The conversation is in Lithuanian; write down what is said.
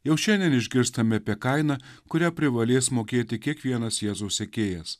jau šiandien išgirstame apie kainą kurią privalės mokėti kiekvienas jėzaus sekėjas